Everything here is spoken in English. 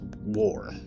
war